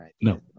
No